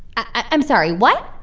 i'm sorry. what?